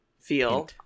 feel